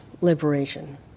liberation